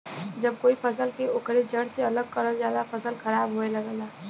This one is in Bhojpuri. जब कोई फसल के ओकरे जड़ से अलग करल जाला फसल खराब होये लगला